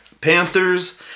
Panthers